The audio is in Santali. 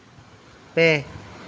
ᱯᱮ